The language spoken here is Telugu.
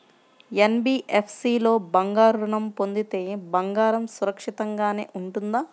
ఎన్.బీ.ఎఫ్.సి లో బంగారు ఋణం పొందితే బంగారం సురక్షితంగానే ఉంటుందా?